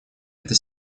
это